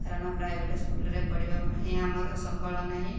କାରଣ ପ୍ରାଇଭେଟ୍ ସ୍କୁଲ୍ରେ ପଢ଼ିବା ପାଇଁ ଆମର ସମ୍ବଳ ନାହିଁ